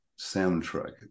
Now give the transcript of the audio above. soundtrack